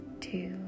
two